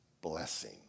blessing